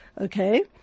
okay